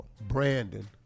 Brandon